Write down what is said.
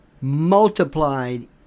multiplied